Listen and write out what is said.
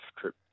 trip